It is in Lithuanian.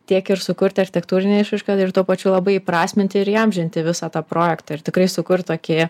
tiek ir sukurti architektūrinę išraišką ir tuo pačiu labai įprasminti ir įamžinti visą tą projektą ir tikrai sukurt tokį